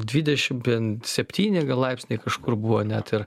dvidešim ten septyni gal laipsniai kažkur buvo net ir